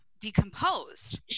decomposed